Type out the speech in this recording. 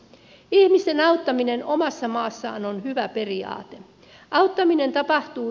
ihmisten auttaminen omassa maassaan on hyvä periaate